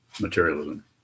materialism